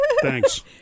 Thanks